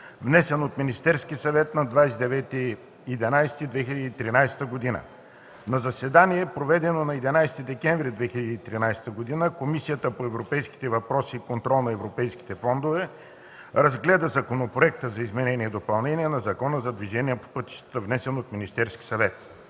внесен от Министерския съвет на 29 ноември 2013 г. На заседанието, проведено на 11 декември 2013 г., Комисията по европейските въпроси и контрол на европейските фондове разгледа Законопроекта за изменение и допълнение на Закона за движение по пътищата, внесен от Министерския съвет.